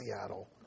Seattle